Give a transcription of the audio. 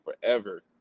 forever